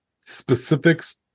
specifics